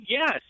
Yes